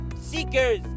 seekers